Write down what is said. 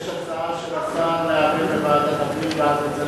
יש הצעה של השר להעביר לוועדת הפנים, וצריך